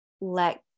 let